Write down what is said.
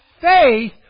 faith